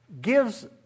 gives